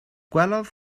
gwelodd